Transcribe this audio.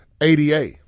ADA